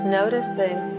noticing